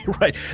Right